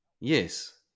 Yes